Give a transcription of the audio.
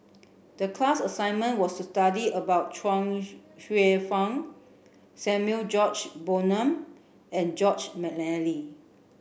the class assignment was to study about Chuang Hsueh Fang Samuel George Bonham and Joseph Mcnally